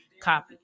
copy